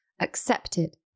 accepted